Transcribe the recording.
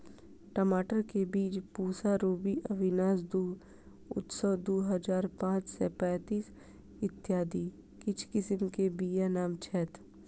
टमाटर केँ बीज पूसा रूबी, अविनाश दु, उत्सव दु हजार पांच सै पैतीस, इत्यादि किछ किसिम बीज केँ नाम छैथ?